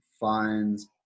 finds